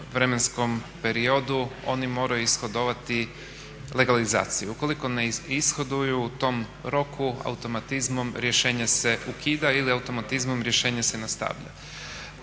vremenskom periodu oni moraju ishodovati legalizaciju. Ukoliko ne ishoduju u tom roku automatizmom rješenje se ukida ili automatizmom rješenje se nastavlja.